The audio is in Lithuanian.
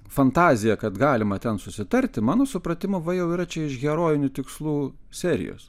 fantazija kad galima ten susitarti mano supratimu va jau yra čia iš herojinių tikslų serijos